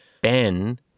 Ben